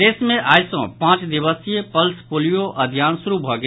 प्रदेश मे आई सॅ पांच दिवसीय पल्स पोलियो अभियान शुरू भऽ गेल